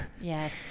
yes